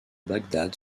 bagdad